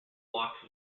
blocks